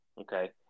okay